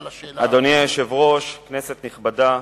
הצעה שמספרה 1533. אדוני היושב-ראש, כנסת נכבדה,